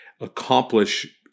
accomplish